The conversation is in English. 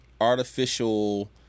artificial